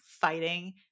fighting